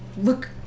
look